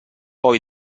poi